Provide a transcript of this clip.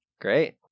Great